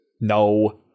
No